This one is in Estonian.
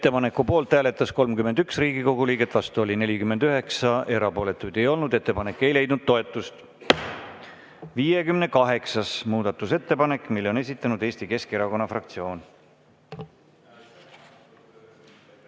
Ettepaneku poolt hääletas 31 Riigikogu liiget, vastu oli 49, erapooletuid ei olnud. Ettepanek ei leidnud toetust. 58. muudatusettepanek. Selle on esitanud Eesti Keskerakonna fraktsioon.